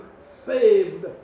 saved